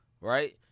right